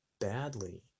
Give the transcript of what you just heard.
badly